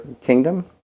kingdom